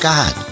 God